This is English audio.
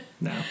No